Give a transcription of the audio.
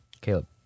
Caleb